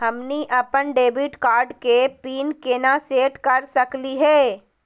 हमनी अपन debit card के पीन केना सेट कर सकली हे?